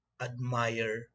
admire